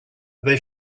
they